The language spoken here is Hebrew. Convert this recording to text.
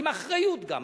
עם אחריות גם.